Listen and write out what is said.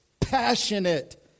passionate